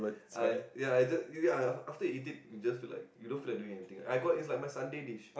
I ya I just yeah after you eat it you just feel like you don't feel like doing anything I got it's like my Sunday dish